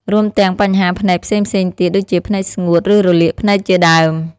រួមទាំង បញ្ហាភ្នែកផ្សេងៗទៀត ដូចជាភ្នែកស្ងួត ឬរលាកភ្នែកជាដើម។